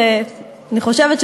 אני חושבת,